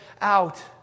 out